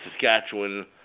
Saskatchewan